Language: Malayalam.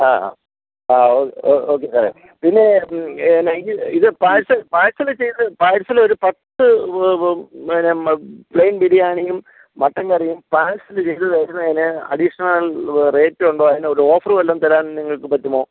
ആ ആ ഓക്കേ സാറേ പിന്നെ എനിക്ക് ഇത് പാഴ്സൽ പാഴ്സല് ചെയ്ത് പാഴ്സലൊരു പത്ത് പിന്നെ പ്ലെയിൻ ബിരിയാണിയും മട്ടൺ കറിയും പാഴ്സല് ചെയ്ത് തരുന്നതിന് അഡിഷണൽ റേറ്റുണ്ടോ അതിന് വല്ല ഓഫറ് വല്ലതും തരാൻ നിങ്ങൾക്ക് പറ്റുമോ